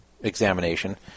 examination